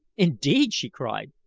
indeed! she cried.